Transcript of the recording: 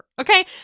Okay